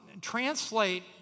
translate